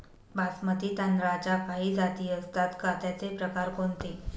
बासमती तांदळाच्या काही जाती असतात का, त्याचे प्रकार कोणते?